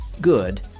Good